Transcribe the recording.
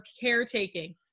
caretaking